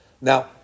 Now